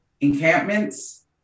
encampments